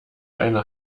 eine